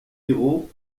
héros